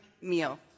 meal